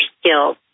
skills